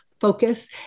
focus